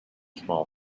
small